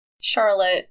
Charlotte